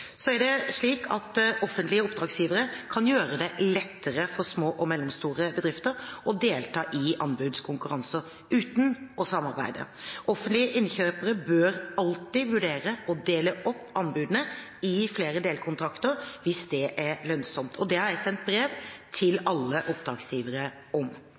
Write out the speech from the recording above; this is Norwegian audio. små og mellomstore bedrifter å delta i anbudskonkurranser uten å samarbeide. Offentlige innkjøpere bør alltid vurdere å dele opp anbudene i flere delkontrakter hvis det er lønnsomt. Det har jeg sendt brev til alle oppdragsgivere om.